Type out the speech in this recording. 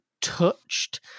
touched